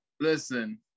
Listen